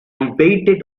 waited